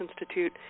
Institute